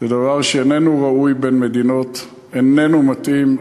זה דבר שאיננו ראוי בין מדינות, איננו מתאים.